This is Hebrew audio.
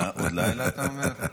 עוד לילה, אתה אומר?